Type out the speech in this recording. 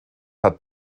hat